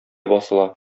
басыла